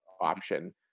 option